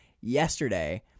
yesterday